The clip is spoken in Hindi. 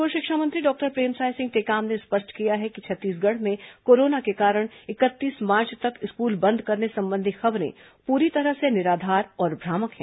स्कूल शिक्षा मंत्री डॉक्टर प्रेमसाय सिंह टेकाम ने स्पष्ट किया है कि छत्तीसगढ़ में कोरोना के कारण इकतीस मार्च तक स्कूल बंद करने संबंधी खबरें पूरी तरह से निराधार और भ्रामक है